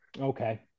okay